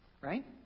Right